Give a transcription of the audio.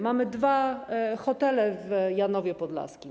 Mamy dwa hotele w Janowie Podlaskim.